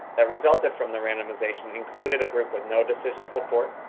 that resulted from the randomization, included a group with no decision support,